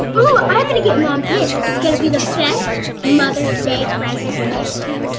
oh, i'm gonna get mom this. it's gonna be the best mother's day present ever!